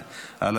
זהו, לא.